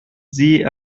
sie